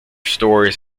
stories